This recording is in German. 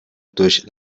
durch